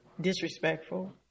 disrespectful